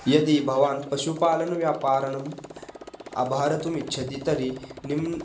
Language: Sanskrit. यदि भवान् पशुपालनव्यापारं भरितुम् इच्छति तर्हि निम्